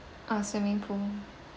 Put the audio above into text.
uh swimming pool